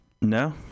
No